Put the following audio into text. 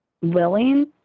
willing